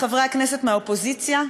לחברי הכנסת מהאופוזיציה,